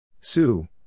Sue